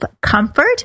Comfort